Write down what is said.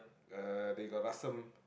uh then you got assam